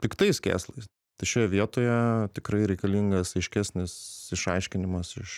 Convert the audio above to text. piktais kėslais tai šioje vietoje tikrai reikalingas aiškesnis išaiškinimas iš